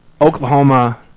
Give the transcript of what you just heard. Oklahoma